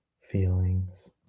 feelings